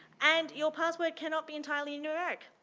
and your password cannot be entirely numeric.